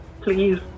please